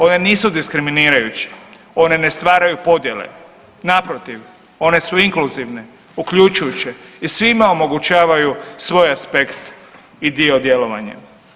One nisu diskriminirajuće, one ne stvaraju podjele, naprotiv one su inkluzivne uključujuće i svima omogućavaju svoj aspekt i dio djelovanja.